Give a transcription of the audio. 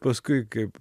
paskui kaip